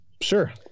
Sure